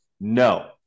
no